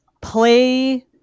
play